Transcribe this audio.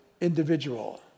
individual